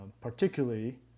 particularly